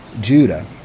Judah